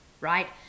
right